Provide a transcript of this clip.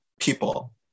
people